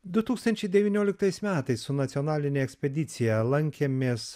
du tūkstančiai devynioliktais metais su nacionaline ekspedicija lankėmės